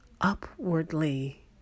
upwardly